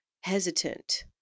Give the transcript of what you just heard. hesitant